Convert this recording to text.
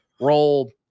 roll